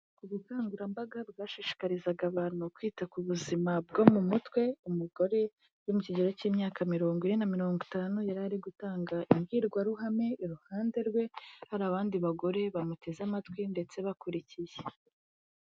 Ubukangurambaga bwashishikarizaga abantu kwita ku buzima bwo mu mutwe, umugore uri mu kigero cy'imyaka mirongo ine na mirongo itanu yari ari gutanga imbwirwaruhame, iruhande rwe hari abandi bagore bamuteze amatwi ndetse bakurikiye.